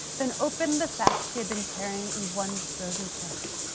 then opened the sack she had been carrying in one frozen fist,